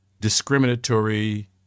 discriminatory